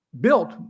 built